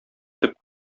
төп